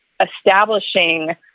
establishing